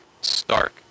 stark